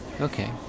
okay